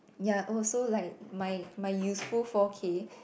ya also like my my useful four care